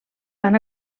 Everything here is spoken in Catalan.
van